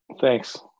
Thanks